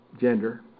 gender